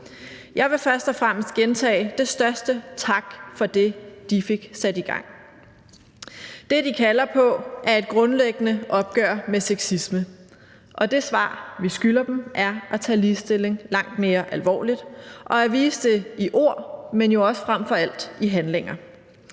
Jeg vil først og fremmest gentage den største tak for det, de fik sat i gang. Det, de kalder på, er et grundlæggende opgør med sexisme. Og det svar, vi skylder dem, er at tage ligestilling langt mere alvorligt og at vise det i ord, men jo også frem for alt i handlinger.